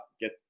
get